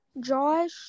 Josh